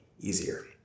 easier